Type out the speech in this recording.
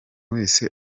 wese